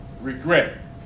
Regret